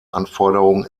anforderung